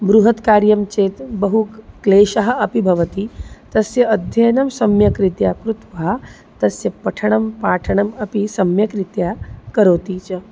बृहत् कार्यं चेत् बहु क्लेशः अपि भवति तस्य अध्ययनं सम्यग्रीत्या कृत्वा तस्य पठनं पाठनम् अपि सम्यग्रीत्या करोति च